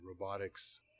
robotics